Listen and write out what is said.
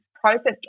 processed